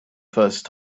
first